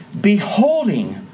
beholding